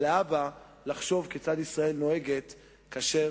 אבל להבא צריך לחשוב כיצד ישראל נוהגת כאשר